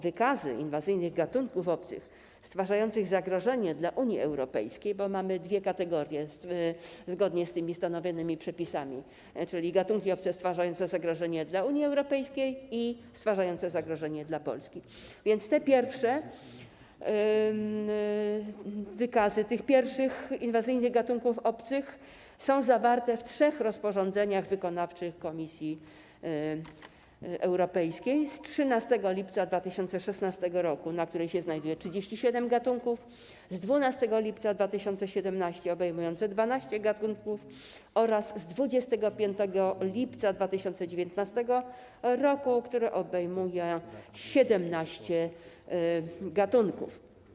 Wykazy inwazyjnych gatunków obcych stwarzających zagrożenie dla Unii Europejskiej, bo mamy dwie kategorie zgodnie z tymi stanowionymi przepisami, czyli gatunki obce stwarzające zagrożenie dla Unii Europejskiej i stwarzające zagrożenie dla Polski, a więc wykazy tych pierwszych inwazyjnych gatunków obcych są zawarte w trzech rozporządzeniach wykonawczych Komisji Europejskiej: z 13 lipca 2016 r. - tu znajduje się 37 gatunków, z 12 lipca 2017 r. - obejmuje 12 gatunków oraz z 25 lipca 2019 r. - obejmuje 17 gatunków.